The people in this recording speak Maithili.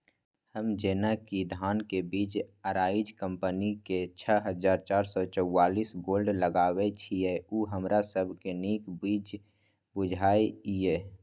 हम जेना कि धान के बीज अराइज कम्पनी के छः हजार चार सौ चव्वालीस गोल्ड लगाबे छीय उ हमरा सब के नीक बीज बुझाय इय?